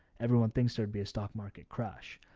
everyone thinks there'd be a stock market crash.